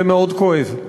זה מאוד כואב.